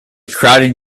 crowded